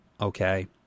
Okay